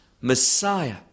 Messiah